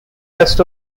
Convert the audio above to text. rest